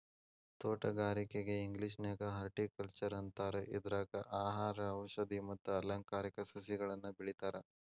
ತೋಟಗಾರಿಕೆಗೆ ಇಂಗ್ಲೇಷನ್ಯಾಗ ಹಾರ್ಟಿಕಲ್ಟ್ನರ್ ಅಂತಾರ, ಇದ್ರಾಗ ಆಹಾರ, ಔಷದಿ ಮತ್ತ ಅಲಂಕಾರಿಕ ಸಸಿಗಳನ್ನ ಬೆಳೇತಾರ